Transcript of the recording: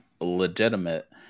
legitimate